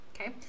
okay